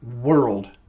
world